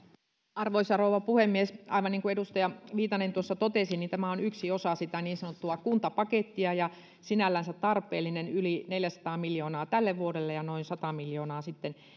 arvoisa rouva puhemies aivan niin kuin edustaja viitanen tuossa totesi tämä on yksi osa sitä niin sanottua kuntapakettia ja sinällänsä tarpeellinen yli neljäsataa miljoonaa tälle vuodelle ja noin sata miljoonaa sitten